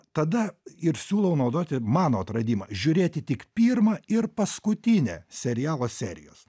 tada ir siūlau naudoti mano atradimą žiūrėti tik pirmą ir paskutinę serialo serijas